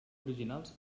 originals